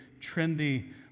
trendy